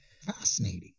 Fascinating